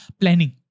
Planning